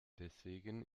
deswegen